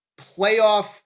playoff